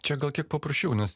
čia gal kiek paprasčiau nes